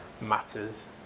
matters